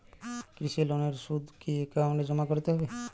কৃষি লোনের সুদ কি একাউন্টে জমা করতে হবে?